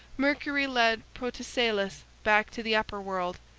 mercury led protesilaus back to the upper world,